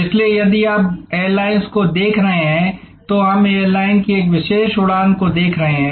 इसलिए यदि आप एयरलाइंस को देख रहे हैं तो हम एयरलाइन की एक विशेष उड़ान को देख रहे हैं